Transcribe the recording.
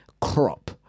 Crop